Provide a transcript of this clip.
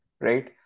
right